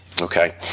Okay